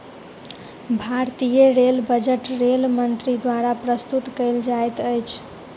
भारतीय rail budget rail मंत्री द्वारा प्रस्तुत कयल जाइत अछि